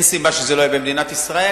ואין סיבה שזה לא יהיה במדינת ישראל.